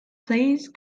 please